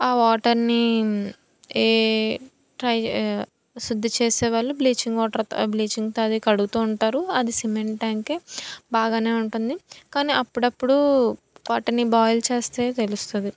ఆ వాటర్ని ఏ ట్రై ఏ శుద్ధి చేసేవాళ్ళు బ్లీచింగ్ వాటర్ బ్లీచింగ్తో అదే కడుగుతూ ఉంటారు అది సిమెంట్ ట్యాంకే బాగానే ఉంటుంది కానీ అప్పుడప్పుడు వాటిని బాయిల్ చేస్తే తెలుస్తుంది